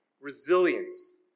resilience